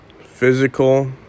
Physical